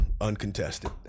uncontested